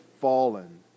fallen